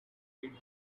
said